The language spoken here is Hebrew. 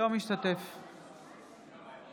אינו משתתף בהצבעה